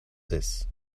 this